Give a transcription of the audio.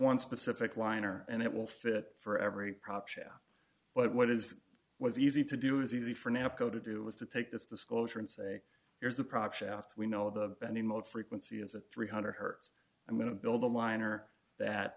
one specific liner and it will fit for every prop shaft but what is was easy to do is easy for napco to do was to take this disclosure and say here's the prop shaft we know the bending mode frequency is a three hundred hertz i'm going to build a liner that